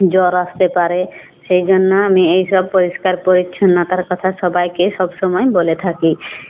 জ্বর আসতে পারে সেই জন্য আমি এই সব পরিষ্কার পরিচ্ছন্নতার কথা স বাইকে সবসময় বলে থাকি